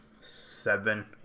seven